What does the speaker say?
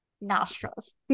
nostrils